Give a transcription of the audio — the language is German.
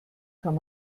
kann